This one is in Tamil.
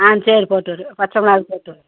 ஆ சரி போட்டு விடுறேன் பச்சை மிளகா போட்டு விடுறேன்